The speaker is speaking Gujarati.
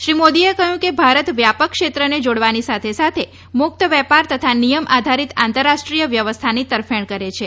શ્રી મોદીએ કહ્યું કે ભારત વ્યાપક ક્ષેત્રને જોડવાની સાથે સાથે મુક્ત વેપાર તથા નિયમ આધારીત આંતરરાષ્ટ્રીય વ્યવસ્થાન તરફેણ કરે છે